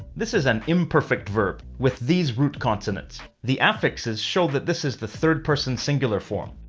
this is an imperfect verb, with these root consonants. the affixes show that this is the third-person singular form.